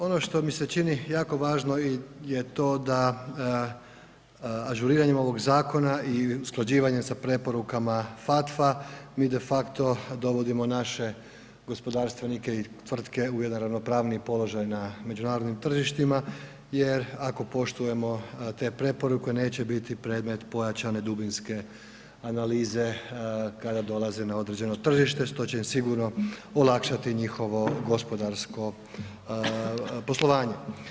Ono što mi se čini jako važno je i to da ažuriranjem ovoga zakona i usklađivanjem sa preporukama FATF-a mi de facto dovodimo naše gospodarstvenike i tvrtke u jedan ravnopravniji položaj na međunarodnim tržištima jer ako poštujemo te preporuke neće biti predmet pojačane dubinske analize kada dolazi na određeno tržište, što će im sigurno olakšati njihovo gospodarsko poslovanje.